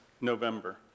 November